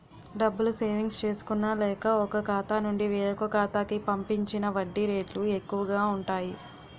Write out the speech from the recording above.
డబ్బులు సేవింగ్స్ చేసుకున్న లేక, ఒక ఖాతా నుండి వేరొక ఖాతా కి పంపించిన వడ్డీ రేట్లు ఎక్కువు గా ఉంటాయి